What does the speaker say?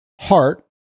Heart